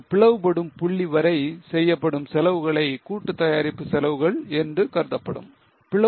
ஒரு பிளவுபடும் புள்ளி வரை செய்யப்படும் செலவுகளை கூட்டுத் தயாரிப்பு செலவுகள் என்று கருதப்படுகிறது